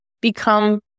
become